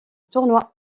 tournoi